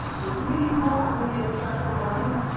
the community co-op will be a special one,